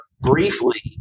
briefly